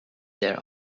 their